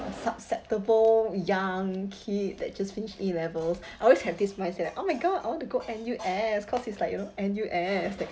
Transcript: susceptible young kid that just finish A levels I always have this mindset like oh my god I want to go N_U_S cause it's like you know N_U_S